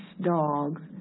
dogs